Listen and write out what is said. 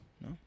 No